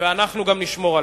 ואנחנו גם נשמור עליהם.